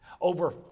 over